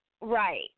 Right